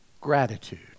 gratitude